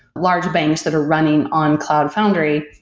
large banks that are running on cloud foundry.